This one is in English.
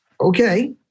Okay